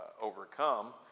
overcome